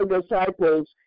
disciples